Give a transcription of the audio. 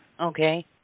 Okay